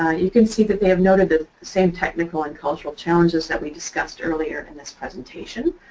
you can see that they have noted the same technical and cultural challenges that we discussed earlier in this presentation.